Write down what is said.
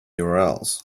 urls